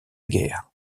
guerre